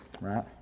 right